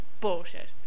bullshit